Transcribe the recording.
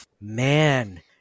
Man